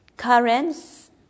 Currents